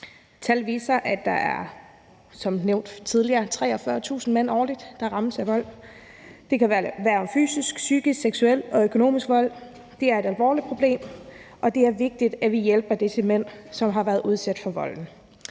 tidligere nævnt, 43.000 mænd årligt, der rammes af vold. Det kan være fysisk, psykisk, seksuel og økonomisk vold. Det er et alvorligt problem, og det er vigtigt, at vi hjælper disse mænd, som har været udsat for volden,